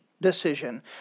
decision